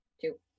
Two